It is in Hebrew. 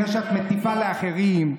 לפני שאת מטיפה לאחרים,